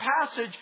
passage